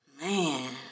man